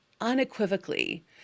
unequivocally